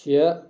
شےٚ